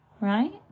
right